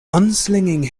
unslinging